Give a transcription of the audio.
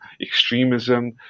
extremism